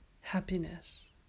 happiness